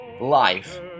life